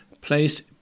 Place